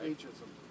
Ageism